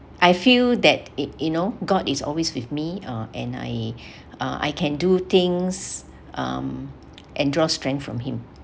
I feel that it you know god is always with me uh and I uh I can do things um and draw strength from him